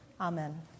Amen